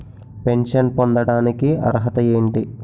Pension పొందడానికి అర్హత ఏంటి?